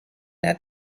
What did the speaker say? net